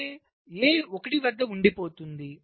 అంటే A 1 వద్ద ఉండిపోతుంది